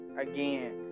again